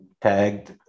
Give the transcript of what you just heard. tagged